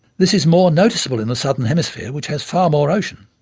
this is more noticeable in the southern hemisphere, which has far more ocean.